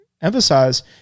emphasize